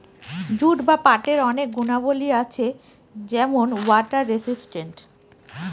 jute বা পাটের অনেক গুণাবলী আছে যেমন ওয়াটার রেসিস্টেন্ট